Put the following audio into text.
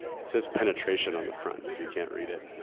it says penetration on the front, if you can't read it.